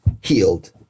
healed